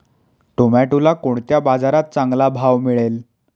टोमॅटोला कोणत्या बाजारात चांगला भाव मिळेल?